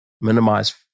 minimize